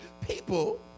people